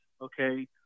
okay